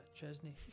Chesney